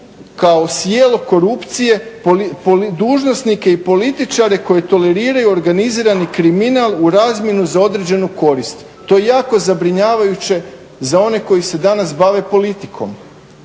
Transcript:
kao … korupcije dužnosnike i političare koji toleriraju organizirani kriminal u razmjenu za određenu korist, to je jako zabrinjavajuće za one koji se danas bave politikom.